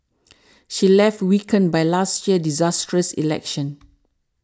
she was left weakened by last year's disastrous election